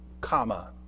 comma